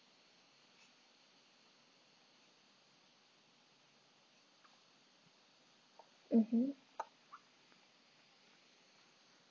mmhmm